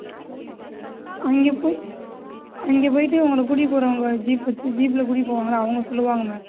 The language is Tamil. அங்கே போய் அங்கே போயிவிட்டு உங்களை கூட்டிகிட்டு போகிறவங்க வந்து ஜீப் வச்சு ஜீப்பில் கூட்டிகிட்டு போவாங்கல்ல அவங்க சொல்லுவாங்க மேம்